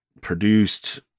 produced